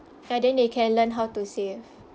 ya then they can learn how to save